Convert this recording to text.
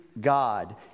God